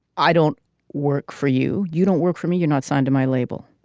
i don't work for you. you don't work for me. you're not signed to my label.